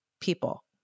people